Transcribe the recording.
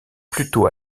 plutôt